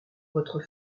votre